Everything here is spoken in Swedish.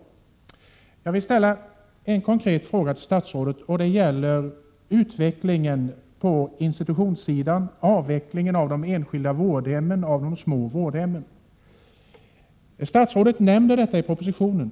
25 maj 1988 Jag vill ställa en konkret fråga till statsrådet, och den gäller utvecklingen på institutionssidan, avvecklingen av de små, enskilda vårdhemmen. Statsrådet nämner detta i propositionen,